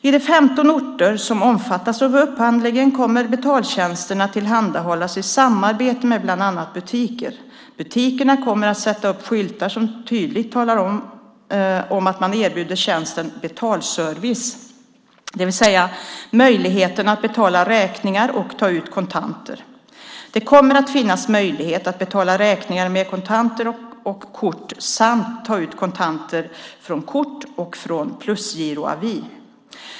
I de 15 orter som omfattas av upphandlingen kommer betaltjänsterna att tillhandahållas i samarbete med bland annat butiker. Butikerna kommer att sätta upp skyltar som tydligt talar om att man erbjuder tjänsten "betalservice", det vill säga möjligheten att betala räkningar och ta ut kontanter. Det kommer att finnas möjlighet att betala räkningar med kontanter och kort samt ta ut kontanter från kort och från plusgiroavi.